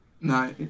No